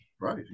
Right